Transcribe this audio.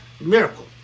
miracle